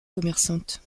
commerçante